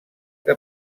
que